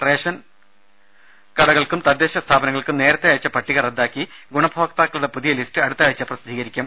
ration കടകൾക്കും തദ്ദേശ സ്ഥാപനങ്ങൾക്കും നേരത്തെ അയച്ച പട്ടിക റദ്ദാക്കി ഗുണഭോക്താക്കളുടെ പുതിയ ലിസ്റ്റ് അടുത്താഴ്ച പ്രസിദ്ധീകരിക്കും